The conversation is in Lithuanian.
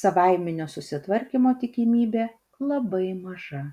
savaiminio susitvarkymo tikimybė labai maža